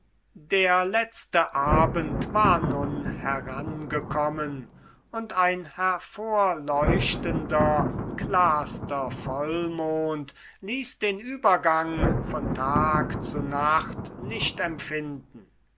der letzte abend war nun herangekommen und ein hervorleuchtender klarster vollmond ließ den übergang von tag zu nacht nicht empfinden